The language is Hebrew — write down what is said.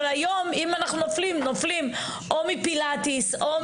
היום אם אנחנו נופלים, נופלים או מפילטיס או